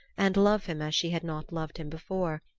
and love him as she had not loved him before,